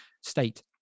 state